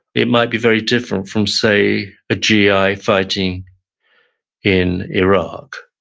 it might be very different from, say a gi ah fighting in iraq.